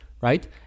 right